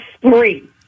three